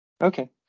Okay